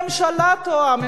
הממשלה טועה,